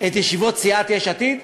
את ישיבות סיעת יש עתיד?